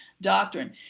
doctrine